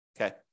okay